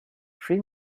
three